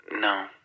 no